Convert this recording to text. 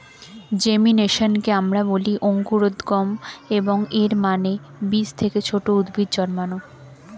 জেমিনেশনকে আমরা বলি অঙ্কুরোদ্গম, এবং এর মানে বীজ থেকে ছোট উদ্ভিদ জন্মানো